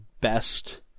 best